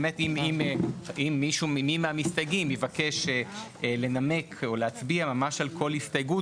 באמת אם מישהו מהמסתייגים יבקש לנמק או להצביע ממש על כל הסתייגות,